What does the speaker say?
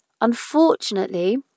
unfortunately